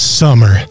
summer